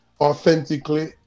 authentically